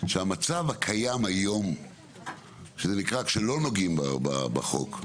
שהמצב הקיים היום שזה נקרא כשלא נוגעים בחוק,